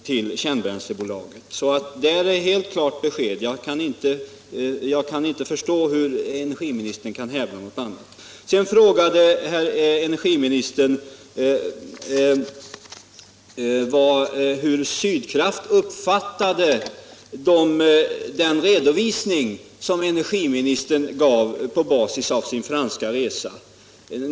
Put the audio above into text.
Det finns alltså ett klart besked på den punkten, och jag kan inte förstå hur energiministern kan hävda något annat. Sedan frågade herr energiministern hur Sydkraft uppfattade den redovisning som energiministern gav på basis av sin franska resa.